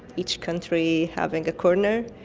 each country having a corner,